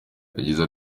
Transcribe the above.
yagize